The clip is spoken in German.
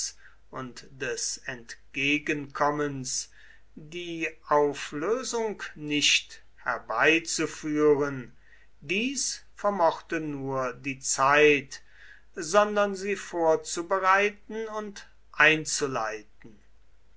und des entgegenkommens die auflösung nicht herbeizuführen dies vermochte nur die zeit sondern sie vorzubereiten und einzuleiten